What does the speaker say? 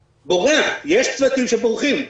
בורח, יש צוותים שבורחים.